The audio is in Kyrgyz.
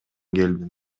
келдим